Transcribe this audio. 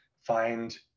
find